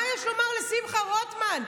מה יש לומר לשמחה רוטמן?